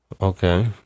okay